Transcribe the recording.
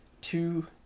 two